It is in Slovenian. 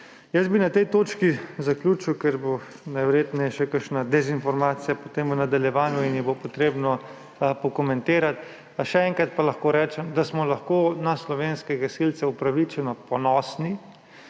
Na tej točki bi zaključil, ker bo najverjetneje še kakšna dezinformacija potem v nadaljevanju in jo bo potrebno pokomentirati. Še enkrat pa lahko rečem, da smo lahko na slovenske gasilce upravičeno ponosni,